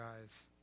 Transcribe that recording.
guys